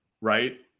right